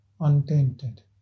untainted